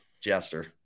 Jester